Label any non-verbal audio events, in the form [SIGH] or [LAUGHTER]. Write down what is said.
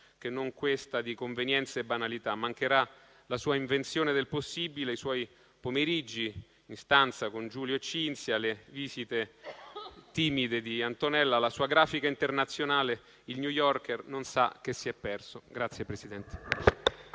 che non questa di convenienza e banalità. Mancheranno la sua invenzione del possibile, i suoi pomeriggi in stanza con Giulio e Cinzia, le visite timide di Antonella, la sua grafica internazionale. Il «New Yorker» non sa che si è perso. [APPLAUSE]